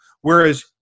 whereas